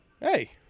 Hey